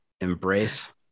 embrace